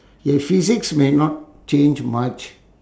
your physiques may not change much